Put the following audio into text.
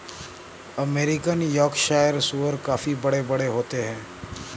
American Yorkshire सूअर काफी बड़े बड़े होते हैं